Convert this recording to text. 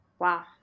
wow